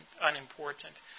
unimportant